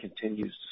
continues